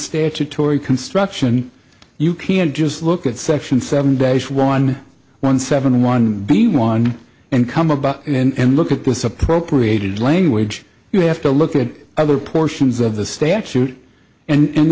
statutory construction you can just look at section seven days ron one seventy one b one and come about and look at this appropriated language you have to look at other portions of the statute and